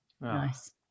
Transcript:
nice